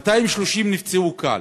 230 נפצעו קל.